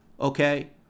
Okay